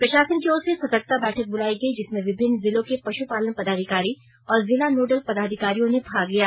प्रशासन की ओर से सर्तकता बैठक बुलायी गयी जिसमें विभिन्न जिलों के पशुपालन पदाधिकारी और जिला नोडल पदाधिकारियों ने भाग लिया